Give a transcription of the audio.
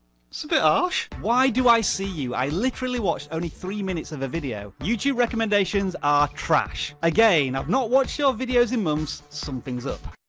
so bit ah harsh. why do i see you? i literally watched only three minutes of a video. youtube recommendations are trash. again, i've not watched your videos in months. something's up.